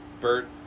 Bert